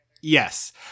Yes